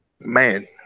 man